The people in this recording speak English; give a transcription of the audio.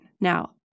Now